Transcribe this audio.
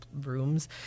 rooms